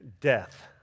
death